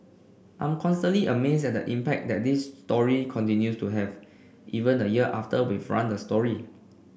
I'm constantly amazed at the impact that this story continues to have even a year after we've run the story